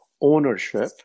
ownership